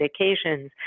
medications